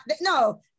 no